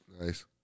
Nice